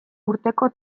urteko